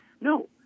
No